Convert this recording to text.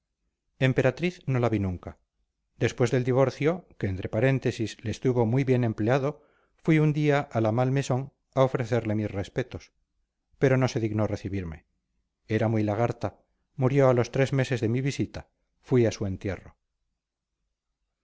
emperatriz no la vi nunca después del divorcio que entre paréntesis le estuvo muy bien empleado fui un día a la malmaison a ofrecerle mis respetos pero no se dignó recibirme era muy lagarta murió a los tres meses de mi visita fui a su entierro